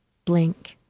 blank.